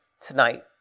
tonight